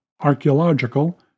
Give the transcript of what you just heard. archaeological